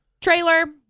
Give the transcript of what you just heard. Trailer